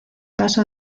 paso